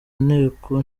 nteko